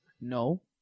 No